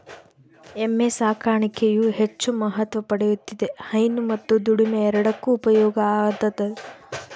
ಎಮ್ಮೆ ಸಾಕಾಣಿಕೆಯು ಹೆಚ್ಚು ಮಹತ್ವ ಪಡೆಯುತ್ತಿದೆ ಹೈನು ಮತ್ತು ದುಡಿಮೆ ಎರಡಕ್ಕೂ ಉಪಯೋಗ ಆತದವ